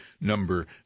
number